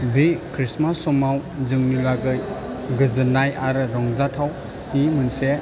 बे क्रिस्टमास समाव जोंनि लागै गोजोननाय आरो रंजाथावनि मोनसे